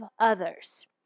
others